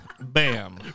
bam